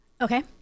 Okay